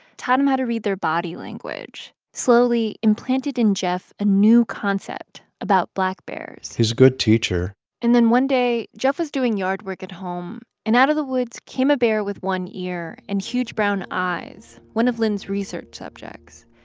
taught him how to read their body language, slowly implanted in jeff a new concept about black bears he's a good teacher and then one day jeff was doing yard work at home and out of the woods came a bear with one ear and huge brown eyes, one of lynn's research subjects.